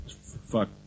fuck